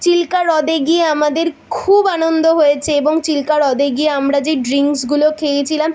চিল্কা হ্রদে গিয়ে আমাদের খুব আনন্দ হয়েছে এবং চিল্কা হ্রদে গিয়ে আমরা যেই ড্রিঙ্কসগুলো খেয়েছিলাম